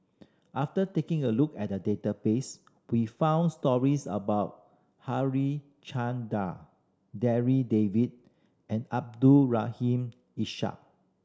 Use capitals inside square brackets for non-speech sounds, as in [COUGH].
after taking a look at the database we found stories about [UNINTELLIGIBLE] Darryl David and Abdul Rahim Ishak